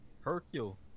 Hercule